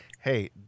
hey